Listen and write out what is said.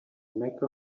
mecca